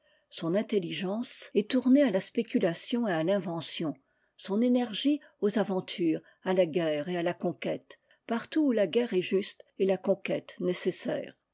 son intelligence est tournée à la spéculation et à l'invention son énergie aux aventures à la guerre et à la conquête partout où la guerre est juste et la conquête nécessaire